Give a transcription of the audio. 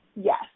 yes